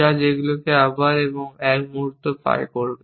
যা সেগুলিকে আবার এবং এক মুহূর্ত পাই করবে